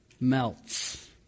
melts